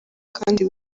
kandi